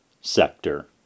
sector